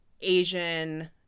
Asian